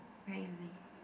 very easily